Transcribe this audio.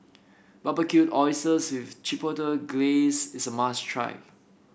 Barbecued Oysters with Chipotle Glaze is a must try